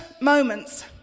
moments